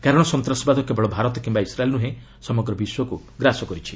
କାରଣ ସନ୍ତାସବାଦ କେବଳ ଭାରତ କିୟା ଇସ୍ରାଏଲ୍ ନୁହେଁ ସମଗ୍ର ବିଶ୍ୱକୁ ଗ୍ରାସ କରିଛି